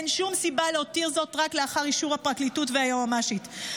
אין שום סיבה להותיר זאת רק לאחר אישור הפרקליטות והיועצת המשפטית.